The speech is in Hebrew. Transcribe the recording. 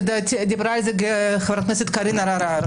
ודיברה על זה חברת הכנסת קארין אלהרר,